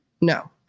No